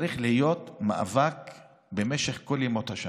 צריך להיות מאבק בכל ימות השנה.